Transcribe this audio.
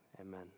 amen